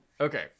Okay